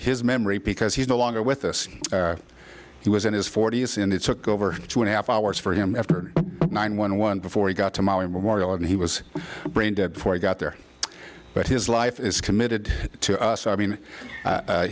his memory because he's no longer with us he was in his forty's and it's a over two and a half hours for him after nine one one before he got to maui memorial and he was brain dead before he got there but his life is committed to us i mean